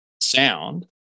sound